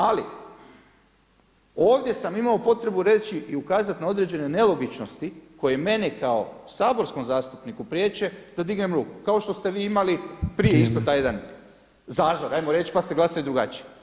Ali ovdje sam imao potrebu reći i ukazati na određene nelogičnosti koje mene kao saborskom zastupniku priječe da dignem ruku, kao što ste vi imali prije isto taj jedan [[Upadica Petrov: Vrijeme.]] zazor ajmo reći pa ste glasali drugačije.